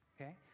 okay